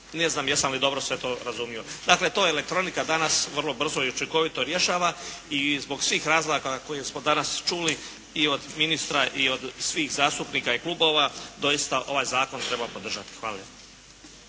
Ne znam jesam li dobro sve to razumio. Dakle, to elektronika danas vrlo brzo i učinkovito rješava i zbog svih razloga koje smo danas čuli i od ministra i od svih zastupnika i klubova, doista ovaj zakon treba podržati. Hvala